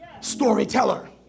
storyteller